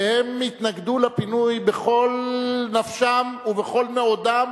שהם התנגדו לפינוי בכל נפשם ובכל מאודם,